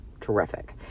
terrific